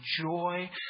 joy